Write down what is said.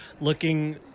looking